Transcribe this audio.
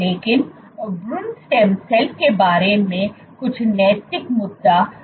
लेकिन भ्रूण stem cell के बारे में कुछ नैतिक मुद्दा है